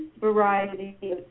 variety